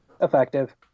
Effective